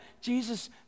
Jesus